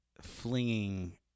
flinging